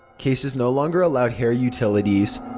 case is no longer allowed hair utilities.